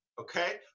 okay